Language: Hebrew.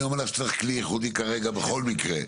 אני אומר לך שצריך כלי ייחודי כרגע בכל מקרה.